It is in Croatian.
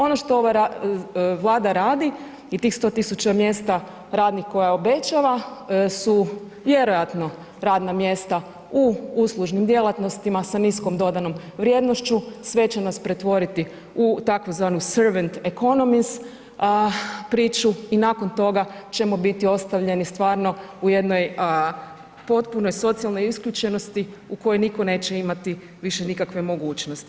Ono što ova Vlada radi i tih 100.000 mjesta radnih koja obećava su vjerojatno radna mjesta u uslužnim djelatnostima sa niskom dodanom vrijednošću, sve će nas pretvoriti u tzv. servant economics priču i nakon toga ćemo biti ostavljeni stvarno u jednoj potpunoj socijalnoj isključenosti u kojoj nitko neće imati više nikakve mogućnosti.